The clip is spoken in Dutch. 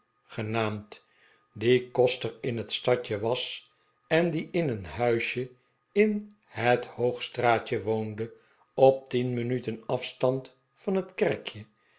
genaamd die koster in het stadje was en die in een huisje in het hoogstraatje woonde op tien minuten afstand van het kerkje